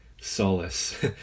solace